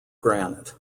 granite